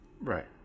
Right